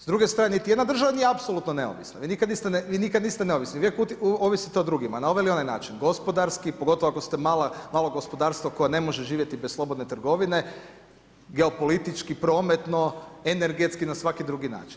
S druge strane niti jedna država nije apsolutno neovisna, vi nikad niste neovisni, vi uvijek ovisite o drugima na ovaj ili onaj način, gospodarski, pogotovo ako ste malo gospodarsko koje ne može živjet bez slobodne trgovine, geopolitički, prometno, energetski, na svaki drugi način.